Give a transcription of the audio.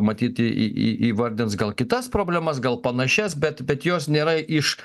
matyti į į įvardins gal kitas problemas gal panašias bet bet jos nėra iš